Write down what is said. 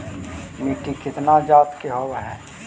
मिट्टी कितना जात के होब हय?